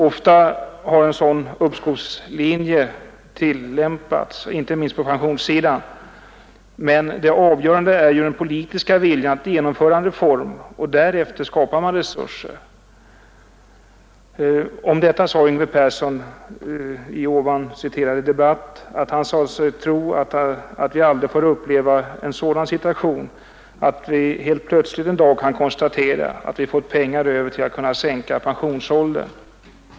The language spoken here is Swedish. Ofta har en sådan uppskovslinje tillämpats, inte minst på pensionssidan, men det avgörande är ju den politiska viljan att genomföra en reform; därefter skapar man resurser. Och i den citerade debatten sade Yngve Persson att han trodde vi aldrig får uppleva en sådan situation, att vi helt plötsligt en dag konstaterar att vi fått pengar över för att kunna sänka pensionsåldern.